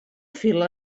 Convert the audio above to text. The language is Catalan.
fila